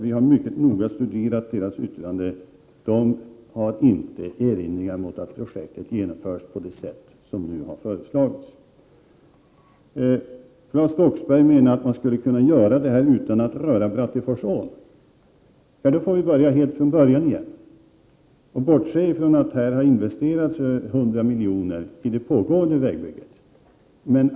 Vi har mycket noga studerat dess yttrande. Verket har inte några erinringar mot att projektet genomförs på det sätt som nu har föreslagits. Claes Roxbergh menar att man skulle kunna genomföra detta projekt utan att röra Bratteforsån. I så fall skulle vi på nytt få börja helt från början och bortse från att 100 miljoner redan investerats i det pågående vägbygget.